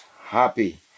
happy